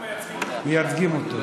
אנחנו מייצגים אותו.